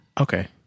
Okay